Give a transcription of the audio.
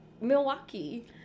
Milwaukee